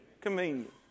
convenient